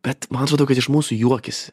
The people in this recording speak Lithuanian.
bet man atrodo kad iš mūsų juokiasi